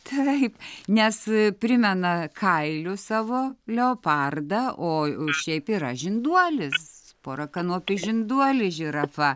taip nes primena kailiu savo leopardą o šiaip yra žinduolis porakanopis žinduolis žirafa